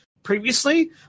previously